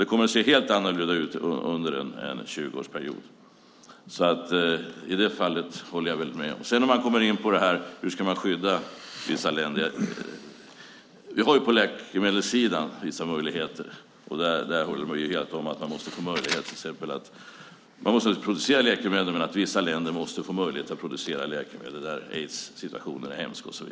Det kommer att se helt annorlunda ut inom en 20-årsperiod. Sedan handlar det om hur man ska skydda vissa länder. På läkemedelssidan har vi vissa möjligheter. Jag håller helt med om att vissa länder måste få möjlighet att producera läkemedel, till exempel där aidssituationen är hemsk.